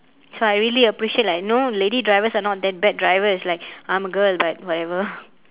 so I really appreciate like you know lady drivers are not that bad drivers like I'm a girl but whatever